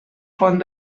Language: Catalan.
font